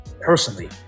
personally